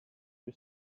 you